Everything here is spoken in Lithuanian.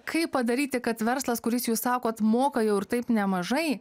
kaip padaryti kad verslas kuris jūs sakot moka jau ir taip nemažai